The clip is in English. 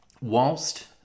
whilst